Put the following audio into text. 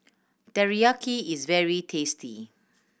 teriyaki is very tasty